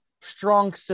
strong